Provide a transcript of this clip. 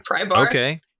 Okay